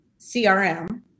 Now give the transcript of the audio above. crm